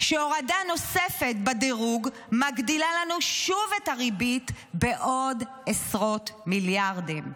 שהורדה נוספת בדירוג מגדילה לנו שוב את הריבית בעוד עשרות מיליארדים.